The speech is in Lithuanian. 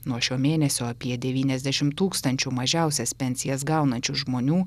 nuo šio mėnesio apie devyniasdešimt tūkstančių mažiausias pensijas gaunančių žmonių